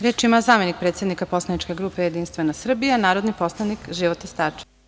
Reč ima zamenik predsednika poslaničke grupe Jedinstvena Srbija narodni poslanik Života Starčević.